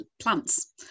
plants